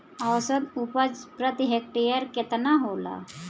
औसत उपज प्रति हेक्टेयर केतना होला?